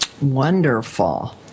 Wonderful